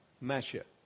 measure